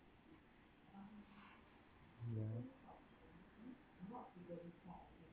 ya